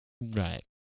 right